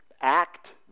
act